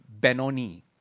Benoni